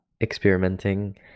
experimenting